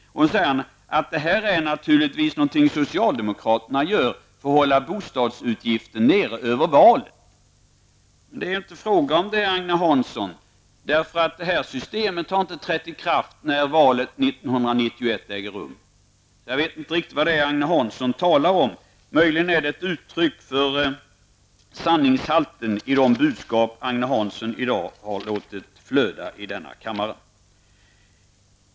Han påstod att detta naturligtvis är något som socialdemokraterna gör för att hålla bostadsutgifterna nere över valet. Men det är ju inte fråga om det, Agne Hansson, därför att det här systemet kommer inte att ha trätt i kraft när valet 1991 äger rum. Jag vet inte riktigt vad det är som Agne Hansson talar om. Möjligen är det ett uttryck för sanningshalten i de budskap som Agne Hansson i dag har låtit flöda i denna kammare.